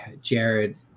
Jared